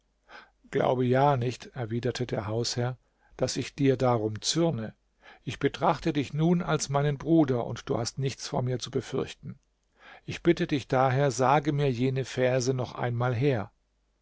glaube ja nicht erwiderte der hausherr daß ich dir darum zürne ich betrachte dich nun als meinen bruder und du hast nichts von mir zu befürchten ich bitte dich daher sage mir jene verse noch einmal her